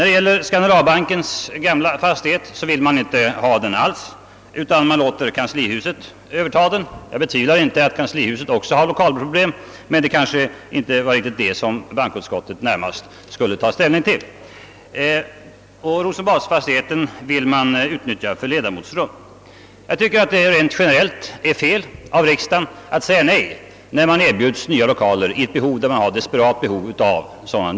Den vill inte alls utnyttja Skandinaviska bankens gamla fastighet utan låter kanslihuset överta denna. Jag betvivlar inte att också kanslihuset har lokalproblem, men det var inte detta som bankoutskottet närmast skulle ta ställning till. Rosenbadsfastigheten vill utskottet utnyttja för rum åt ledamöter. Rent generellt är det felaktigt av riksdagen att säga nej när den erbjuds nya lokaler då ett desperat behov föreligger.